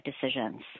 decisions